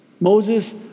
Moses